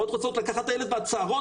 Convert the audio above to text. אימהות רוצות לקחת את הילד מהצהרון,